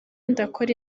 ndakora